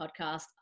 podcast